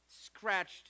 scratched